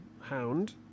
hound